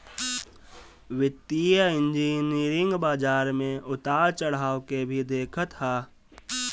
वित्तीय इंजनियरिंग बाजार में उतार चढ़ाव के भी देखत हअ